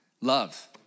love